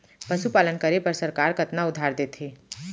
पशुपालन करे बर सरकार कतना उधार देथे?